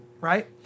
right